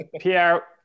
Pierre